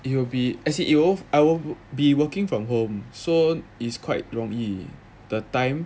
it will be as it will I will be working from home so it's quite 容易 the time